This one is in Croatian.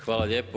Hvala lijepo.